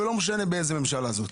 ולא משנה באיזה ממשלה זאת,